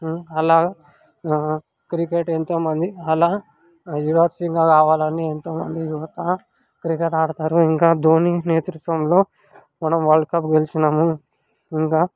అలా క్రికెట్ ఎంతోమంది మళ్ళీ యువరాజ్ సింగ్గా కావాలని ఎంతోమంది యువత క్రికెట్ ఆడతారు ఇంకా ధోని నేతృత్వంలో మనం వరల్డ్ కప్ గెలిచినము ఇంగా